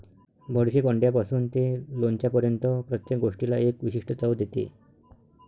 बडीशेप अंड्यापासून ते लोणच्यापर्यंत प्रत्येक गोष्टीला एक विशिष्ट चव देते